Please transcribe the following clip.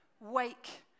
wake